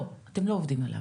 לא, אתם לא עובדים עליו.